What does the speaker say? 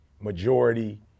majority